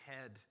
head